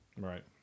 Right